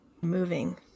moving